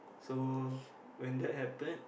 so when that happen